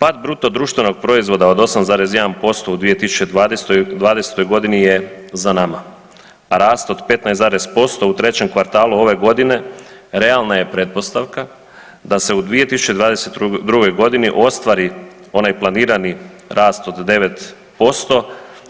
Pad bruto društvenog proizvoda od 8,1% u 2020. godini je za nama, a rast od 15 zarez posto u trećem kvartalu ove godine realna je pretpostavka da se u 2022. godini ostvari onaj planirani rast od 9%